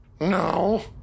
No